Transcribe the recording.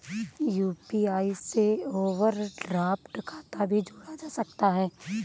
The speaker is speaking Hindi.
यू.पी.आई से ओवरड्राफ्ट खाता भी जोड़ा जा सकता है